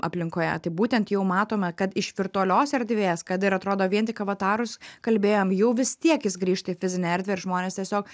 aplinkoje tai būtent jau matome kad iš virtualios erdvės kad ir atrodo vien tik avatarus kalbėjom jau vis tiek jis grįžta į fizinę erdvę ir žmonės tiesiog